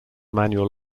manual